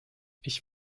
ich